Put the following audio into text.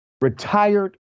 Retired